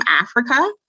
Africa